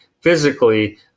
physically